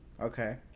okay